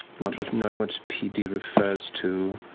not knowing what pd refers to,